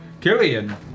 Killian